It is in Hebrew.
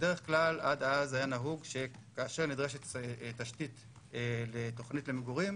בדרך כלל עד אז היה נהוג שכאשר נדרשת תשתית לתוכנית למגורים,